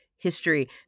history